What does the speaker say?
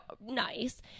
nice